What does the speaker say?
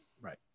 right